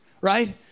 right